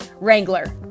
Wrangler